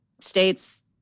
states